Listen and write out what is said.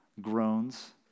groans